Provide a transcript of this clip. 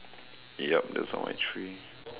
yup that's all my three